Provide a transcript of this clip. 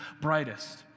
brightest